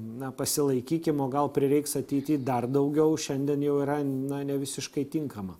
na pasilaikykime gal prireiks ateity dar daugiau šiandien jau yra na nevisiškai tinkama